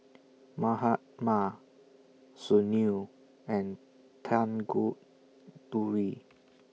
Mahatma Sunil and Tanguturi